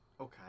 Okay